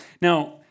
Now